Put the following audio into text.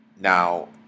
Now